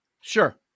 Sure